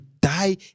die